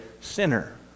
sinner